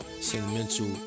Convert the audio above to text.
sentimental